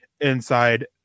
inside